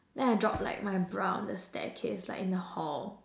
then I drop like my bra on the staircase like in the hall